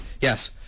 Yes